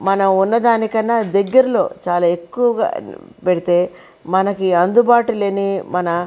మనం ఉన్న దాని కన్నా దగ్గరలో చాలా ఎక్కువగా పెడితే మనకి అందుబాటు లేని మన